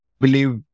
believe